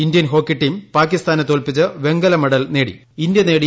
Indian hockey team പാകിസ്ഥാനെ തോൽപ്പിച്ച് വെങ്കലമെഡൽ നേടി